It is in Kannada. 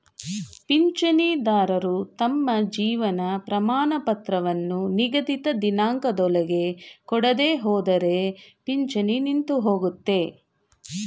ಪಿಂಚಣಿದಾರರು ತಮ್ಮ ಜೀವನ ಪ್ರಮಾಣಪತ್ರವನ್ನು ನಿಗದಿತ ದಿನಾಂಕದೊಳಗೆ ಕೊಡದೆಹೋದ್ರೆ ಪಿಂಚಣಿ ನಿಂತುಹೋಗುತ್ತೆ